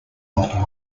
not